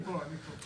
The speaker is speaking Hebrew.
אני פה, אני פה.